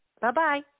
Bye-bye